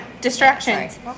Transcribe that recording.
Distractions